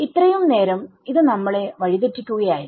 ഇത്രയും നേരം ഇത് നമ്മളെ വഴിതെറ്റിക്കുകയായിരുന്നു